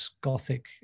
Gothic